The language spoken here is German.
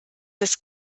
des